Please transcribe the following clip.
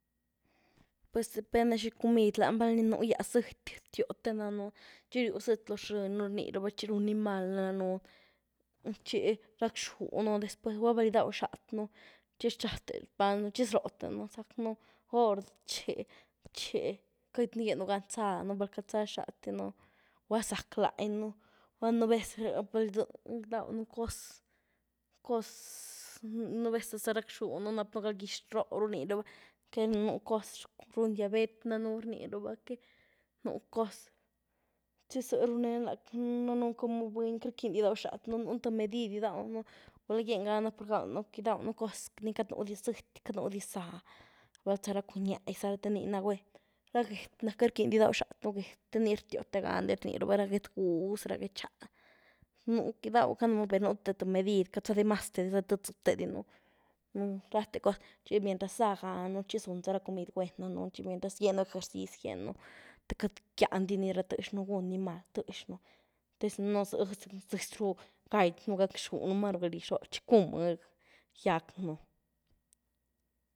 Pues depende xi comid, lanii vali nugyas zëty, rtio teni danunuchi riu zëty lo zhrëny un rnirava chi run ni mal danun, chi racxunu después gula val gydaw xatnu, chi rac xpanznu, xi zroó’tenu, zac nu gord xi, xi quëity nu gyen nu gan zanu, val quëity zaá xate’nu gula zac lany nuu, gula nu’ vez rdawnu cos-cos nu’ vez hasta racxunu rap nu galgyex ro’ru rni ra’ba, que nu’ cos run diabet danun rni ra’ba, que nu’ cos, xi zy runen danunu como buny, queity rquindi guydaw xathnu nu’ te medid ghydawnu, gula gyen ganu por ghydawnu, ghydawnu cos ni queity nu’ di zëty, cat nu’ di zah, val za ra cunyia za ra, te nii na gwen, ra get na queity rquiny di ghydaw xatnu get, te nii rtio’tega rani rni raba, ra get guhz ra get nxa, nu’, ghydaw canu per nu’ th medid queity za demaste di za tedyzu tezanu rate coz, xi mientras zaa ganu, xi zun za ra comid guen danun xi mientras gyenu garzizy gyenu, te cat gyandinii ra te’xnu guni mal te’xnu, te zino’ zy zëzy ru gatynu gac’xunu maru gal gyex roo ru ¿xi cun mëly gyac’nu?.